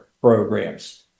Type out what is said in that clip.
programs